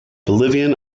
bolivian